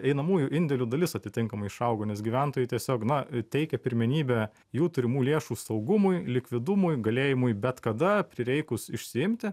einamųjų indėlių dalis atitinkamai išaugo nes gyventojai tiesiog na teikė pirmenybę jų turimų lėšų saugumui likvidumui galėjimui bet kada prireikus išsiimti